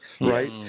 right